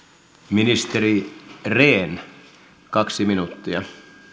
ministeri rehn kaksi minuuttia